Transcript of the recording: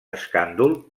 escàndol